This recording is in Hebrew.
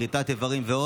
כריתת איברים ועוד,